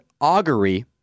Augury